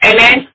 Amen